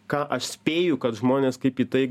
ką aš spėju kad žmonės kaip į tai